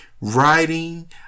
writing